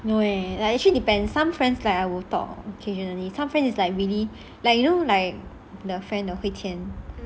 no eh like actually depends some friends like I will talk occasionally some friends is like really like you know like the friend of hui qian